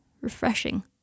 Refreshing